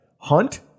Hunt